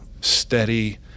steady